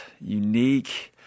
unique